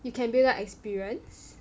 you can build up experience